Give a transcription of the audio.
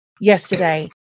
yesterday